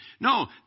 No